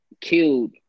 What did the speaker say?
killed